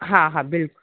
हा हा बिल